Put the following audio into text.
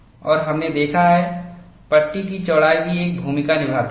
और हमने देखा है पट्टी की चौड़ाई भी एक भूमिका निभाती है